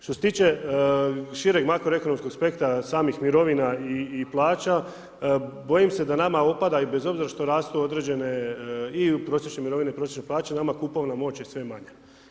Što se tiče šireg makro ekonomskog sepkta samih mirovina i plaća, bojim se da nama opada i bez obzira što rastu određene i prosječne mirovine, prosječne plaće, nama kupovna moć je sve manja.